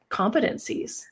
competencies